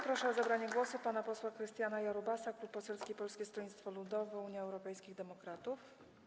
Proszę o zabranie głosu pana posła Krystiana Jarubasa, Klub Poselski Polskiego Stronnictwa Ludowego - Unii Europejskich Demokratów.